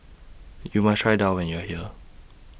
YOU must Try Daal when YOU Are here